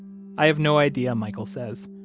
i have no idea, michael says,